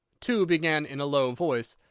two began in a low voice,